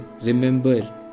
remember